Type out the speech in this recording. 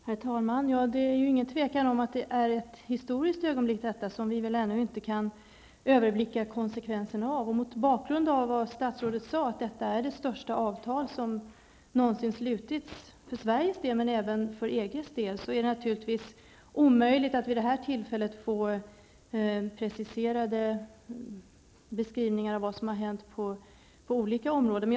Herr talman! Det råder inget tvivel om att detta är ett historiskt ögonblick, som vi väl ännu inte kan överblicka konsekvenserna av. Mot bakgrund av vad statsrådet sade, nämligen att detta är det största avtal som någonsin slutits för Sveriges men även för EGs del, är det naturligtvis omöjligt att vid det här tillfället få preciserade beskrivningar av vad som hänt på olika områden.